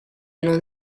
non